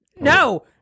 No